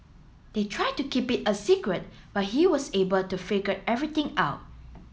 they tried to keep it a secret but he was able to figured everything out